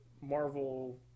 marvel